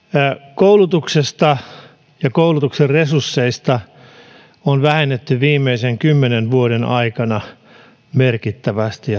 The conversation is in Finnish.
koulutuksesta ja koulutuksen resursseista on vähennetty viimeisen kymmenen vuoden aikana merkittävästi